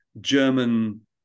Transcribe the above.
German